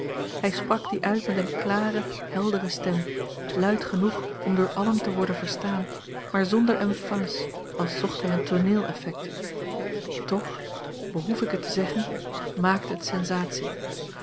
hij sprak dien uit met eene klare heldere stem luid genoeg om door allen te worden verstaan maar zonder emphase als zocht hij een tooneeleffect toch behoef ik het te zeggen maakte het sensatie